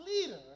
leader